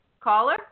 Caller